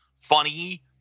funny